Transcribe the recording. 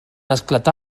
esclatà